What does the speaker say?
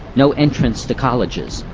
no entrance to colleges,